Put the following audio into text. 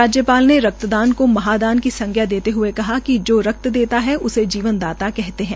राज्यपाल ने रक्तदान को महादान की संज्ञा देते हुए कहा कि जो रक्त देता है उसे जीवन दाता कहते है